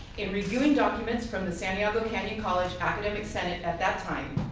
in reviewing documents from the santiago canyon college academic senate at that time,